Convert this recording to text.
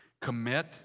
Commit